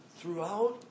Throughout